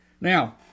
Now